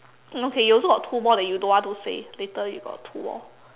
mm K you also got two more that you don't want to say later you got two more